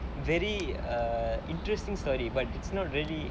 very err interesting story but it's not really